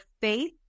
faith